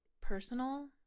personal